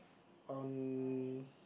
on